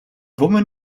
woman